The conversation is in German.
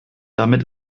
damit